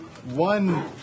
One